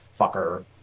fucker